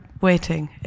waiting